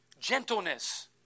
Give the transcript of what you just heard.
Gentleness